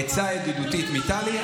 נותן משהו וישר, עצה ידידותית מטלי.